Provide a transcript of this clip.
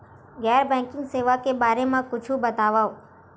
गैर बैंकिंग सेवा के बारे म कुछु बतावव?